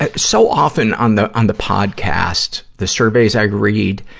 ah so often on the, on the podcast, the surveys i read,